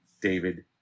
David